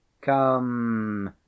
come